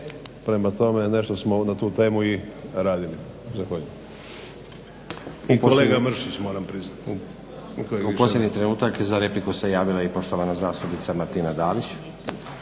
Prema tome, nešto smo na tu temu i radili. Zahvaljujem. I kolega Mršić moram priznat. **Stazić, Nenad (SDP)** U posljednji trenutak za repliku se javila i poštovana zastupnika Martina Dalić.